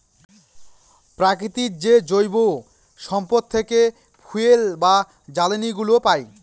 প্রকৃতির যে জৈব সম্পদ থেকে ফুয়েল বা জ্বালানিগুলো পাই